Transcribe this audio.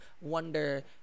wonder